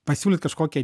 pasiūlyt kažkokią